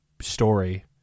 story